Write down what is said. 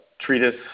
treatise